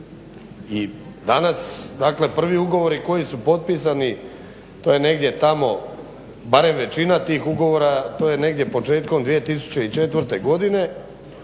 i danas dakle prvi ugovori koji su potpisani to je negdje tamo barem većina tih ugovora, to je negdje početkom 2004. godine.